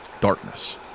darkness